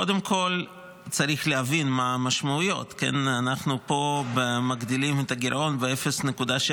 קודם כול צריך להבין מה המשמעויות: אנחנו מגדילים פה את הגירעון ב-0.7%.